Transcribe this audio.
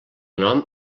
nom